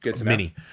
mini